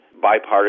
bipartisan